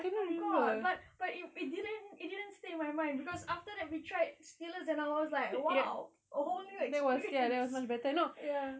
I forgot but but it it didn't it didn't stay in my mind cause after that we tried steelers and I was like !wow! a whole new experience ya